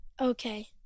okay